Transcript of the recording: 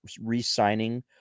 re-signing